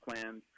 plans